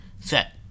set